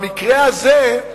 במקרה הזה,